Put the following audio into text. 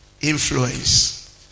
influence